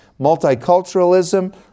multiculturalism